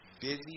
busy